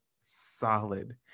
solid